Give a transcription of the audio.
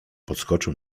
podskoczył